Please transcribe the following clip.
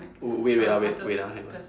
wait wait ah wait ah hang on